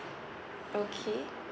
okay